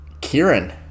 Kieran